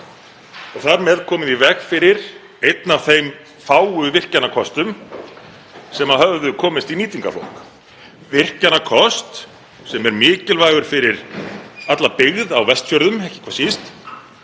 og þar með komið í veg fyrir einn af þeim fáu virkjunarkostum sem höfðu komist í nýtingarflokk, virkjunarkost sem er mikilvægur fyrir alla byggð á Vestfjörðum ekki hvað síst